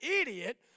idiot